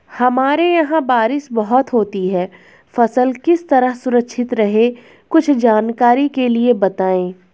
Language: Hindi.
हमारे यहाँ बारिश बहुत होती है फसल किस तरह सुरक्षित रहे कुछ जानकारी के लिए बताएँ?